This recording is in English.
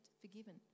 forgiven